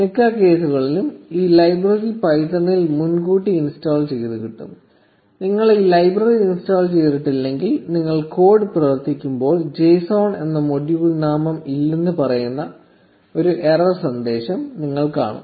മിക്ക കേസുകളിലും ഈ ലൈബ്രറി പൈത്തണിൽ മുൻകൂട്ടി ഇൻസ്റ്റാൾ ചെയ്തുകിട്ടും നിങ്ങൾ ഈ ലൈബ്രറി ഇൻസ്റ്റാൾ ചെയ്തിട്ടില്ലെങ്കിൽ നിങ്ങൾ കോഡ് പ്രവർത്തിപ്പിക്കുമ്പോൾ json എന്ന മൊഡ്യൂൾ നാമം ഇല്ലെന്ന് പറയുന്ന ഒരു എറർ സന്ദേശം നിങ്ങൾ കാണും